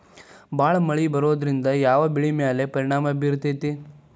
ಭಾಳ ಮಳಿ ಬರೋದ್ರಿಂದ ಯಾವ್ ಬೆಳಿ ಮ್ಯಾಲ್ ಪರಿಣಾಮ ಬಿರತೇತಿ?